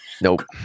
Nope